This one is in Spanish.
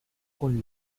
con